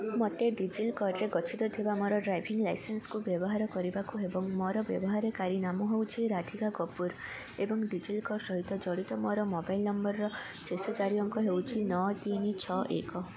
ମୋତେ ଡିଜିଲକର୍ରେ ଗଚ୍ଛିତ ଥିବା ମୋର ଡ୍ରାଇଭିଂ ଲାଇସେନ୍ସକୁ ବ୍ୟବହାର କରିବାକୁ ହେବ ମୋର ବ୍ୟବହାରକାରୀ ନାମ ହେଉଛି ରାଧିକା କପୁର ଏବଂ ଡିଜିଲକର୍ ସହିତ ଜଡ଼ିତ ମୋର ମୋବାଇଲ୍ ନମ୍ବର୍ର ଶେଷ ଚାରି ଅଙ୍କ ହେଉଛି ନଅ ତିନି ଛଅ ଏକ